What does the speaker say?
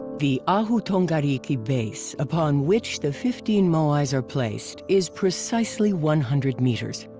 the ahu tongariki base upon which the fifteen moais are placed is precisely one hundred meters.